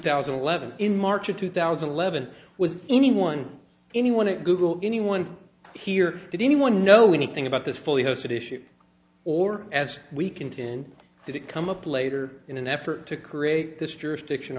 thousand and eleven in march of two thousand and eleven was anyone anyone a google anyone here did anyone know anything about this fully hosted issue or as we continue did it come up later in an effort to create this jurisdiction